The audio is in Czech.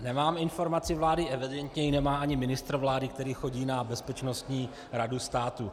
Nemám informaci vlády, věřím, že ji nemá ani ministr vlády, který chodí na Bezpečnostní radu státu.